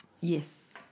yes